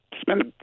spend